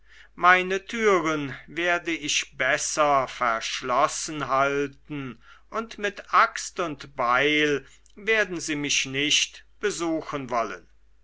meine türen werde ich besser verschlossen halten und mit axt und beil werden sie mich nicht besuchen wollen